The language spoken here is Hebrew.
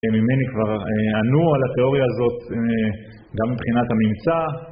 ממני כבר ענו על התיאוריה הזאת גם מבחינת הממצא